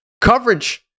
coverage